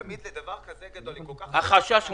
תמיד לדבר כזה גדול, עם כל כך -- החשש מוצדק,